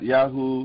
Yahoo